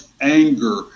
anger